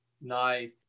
Nice